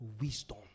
Wisdom